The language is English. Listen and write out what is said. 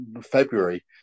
February